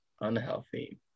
unhealthy